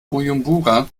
bujumbura